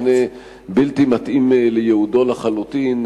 מבנה בלתי מתאים לייעודו לחלוטין,